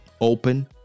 open